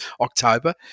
October